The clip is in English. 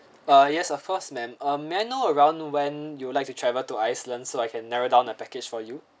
ah yes of course ma'am um may I know around when you would like to travel to iceland so I can narrow down the package for you